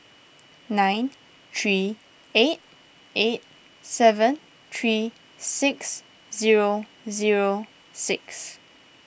nine three eight eight seven three six zero zero six